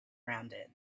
rounded